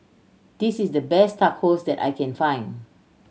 this is the best Tacos that I can find